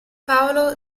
paolo